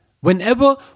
Whenever